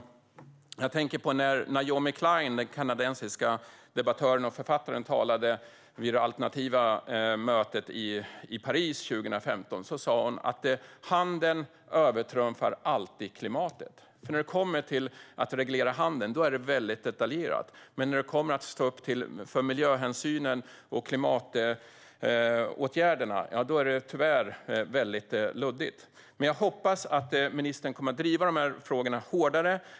När Naomi Klein, den kanadensiska debattören och författaren, talade vid det alternativa mötet i Paris 2015 sa hon att handeln alltid övertrumfar klimatet. När det kommer till att reglera handeln är allt mycket detaljerat, men när det kommer till att stå upp för miljöhänsynen och klimatåtgärderna är det tyvärr mycket luddigt. Jag hoppas att ministern kommer att driva frågorna hårdare.